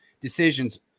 decisions